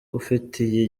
ufitiye